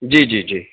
جی جی جی